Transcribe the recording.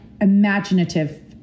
imaginative